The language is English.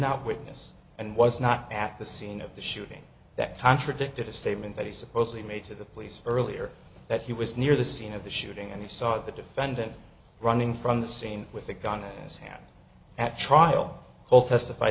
not witness and was not at the scene of the shooting that contradicted a statement that he supposedly made to the police earlier that he was near the scene of the shooting and he saw the defendant running from the scene with a gun in his hand at trial hall testif